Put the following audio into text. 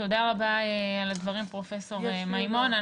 תודה רבה על הדברים, פרופ' מימון.